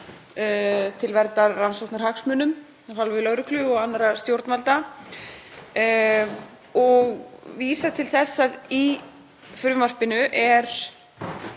til verndar rannsóknahagsmunum lögreglu og annarra stjórnvalda og vísaði til þess að í frumvarpinu er